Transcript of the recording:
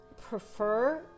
prefer